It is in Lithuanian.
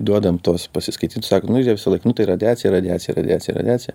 duodam tuos pasiskaityt sakom nu žiūrėk visąlaik nu tai radiacija radiacija radiacija radiacija